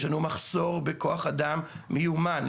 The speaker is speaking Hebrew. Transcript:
יש לנו מחסור בכוח אדם מיומן.